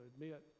admit